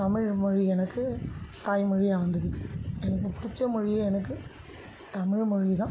தமிழ் மொழி எனக்கு தாய்மொழியாக வந்ததுக்கு எனக்குப் பிடிச்ச மொழியே எனக்கு தமிழ் மொழி தான்